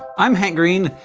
i'm hank green,